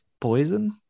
Poison